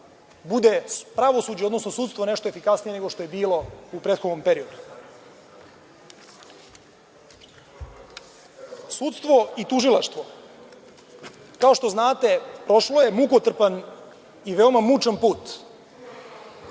bude pravosuđe, odnosno sudstvo nešto efikasnije nego što je bilo u prethodnom periodu. Sudstvo i tužilaštvo, kao što znate prošlo je mukotrpan i veoma mučan put